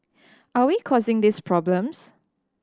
are we causing these problems